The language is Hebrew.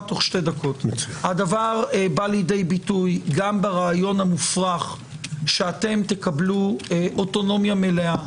הדבר בא לידי ביטוי גם ברעיון המופרך שאתם תקבלו אוטונומיה מלאה,